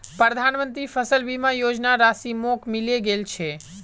प्रधानमंत्री फसल बीमा योजनार राशि मोक मिले गेल छै